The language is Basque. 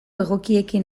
egokiekin